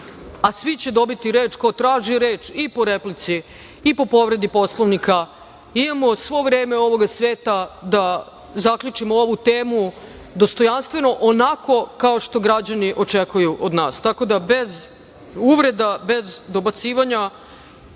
će dobiti reč ko traži reč i po replici i po povredi Poslovnika. Imamo svo vreme ovoga sveta da zaključimo ovu temu dostojanstveno, onako kao što građani očekuju od nas, tako da bez uvreda, bez dobacivanja